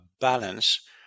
balance